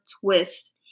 twist